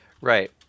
Right